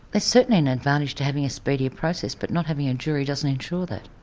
ah certainly an advantage to having a speedier process but not having a jury doesn't ensure that.